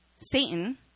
Satan